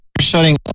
shutting